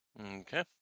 Okay